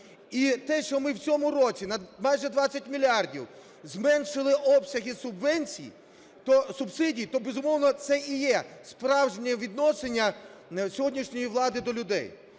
І те, що ми в цьому році майже на 20 мільярдів зменшили обсяги субсидій, то, безумовно, це і є справжнє відношення сьогоднішньої влади до людей.